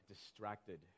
distracted